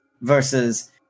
versus